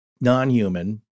non-human